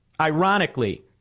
Ironically